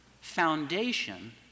foundation